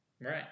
Right